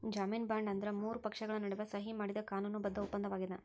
ಜಾಮೇನು ಬಾಂಡ್ ಅಂದ್ರ ಮೂರು ಪಕ್ಷಗಳ ನಡುವ ಸಹಿ ಮಾಡಿದ ಕಾನೂನು ಬದ್ಧ ಒಪ್ಪಂದಾಗ್ಯದ